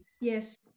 Yes